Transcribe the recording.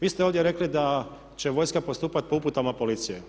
Vi ste ovdje rekli da će vojska postupati po uputama policije.